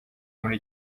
muri